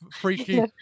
Freaky